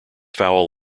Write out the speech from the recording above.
foul